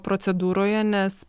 procedūroje nes